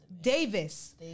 Davis